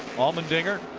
allmendinger,